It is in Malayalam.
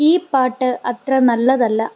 ഈ പാട്ട് അത്ര നല്ലതല്ല